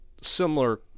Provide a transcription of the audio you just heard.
similar